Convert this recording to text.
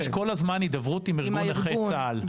יש כל הזמן הידברות עם ארגון נכי צה"ל.